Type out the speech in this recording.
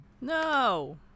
No